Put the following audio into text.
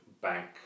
bank